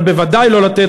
אבל בוודאי לא לתת,